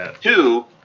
two